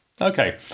okay